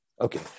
Okay